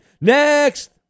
Next